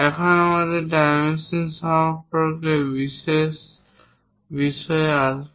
এখন আমরা ডাইমেনশনিং সম্পর্কে বিশেষ বিষয়ে আসব